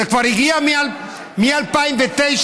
כבר מ-2009,